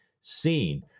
seen